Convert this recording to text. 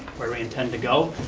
where we intend to go,